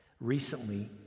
Recently